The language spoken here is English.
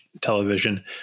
television